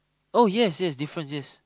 oh yes yes difference yes